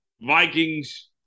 Vikings